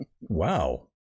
Wow